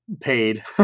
paid